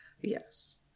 Yes